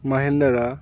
Mahindra